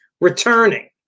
Returning